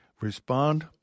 respond